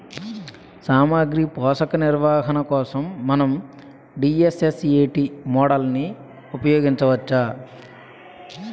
సామాగ్రి పోషక నిర్వహణ కోసం మనం డి.ఎస్.ఎస్.ఎ.టీ మోడల్ని ఉపయోగించవచ్చా?